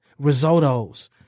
Risottos